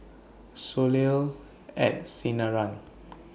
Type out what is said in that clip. Soleil At Sinaran